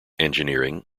engineering